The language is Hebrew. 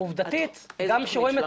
איזו תוכנית?